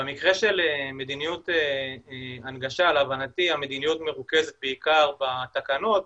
במקרה של מדיניות הנגשה להבנתי המדיניות מרוכזת בעיקר בתקנות,